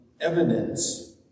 evidence